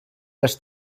les